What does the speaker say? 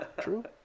True